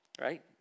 right